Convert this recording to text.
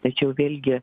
tačiau vėlgi